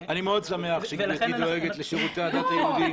אני מאוד שמח שגברתי דואגת לשירותי הדת היהודיים.